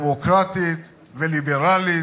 דמוקרטית וליברלית,